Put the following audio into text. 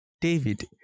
David